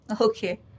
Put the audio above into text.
Okay